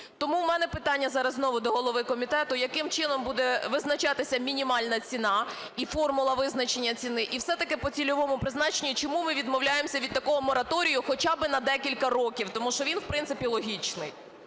Тому у мене питання зараз знову до голови комітету. Яким чином буде визначатися мінімальна ціна і формула визначення ціни? І все-таки по цільовому призначенню: чому ми відмовляємося від такого мораторію хоча би на декілька років? Тому що він в принципі логічний.